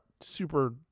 super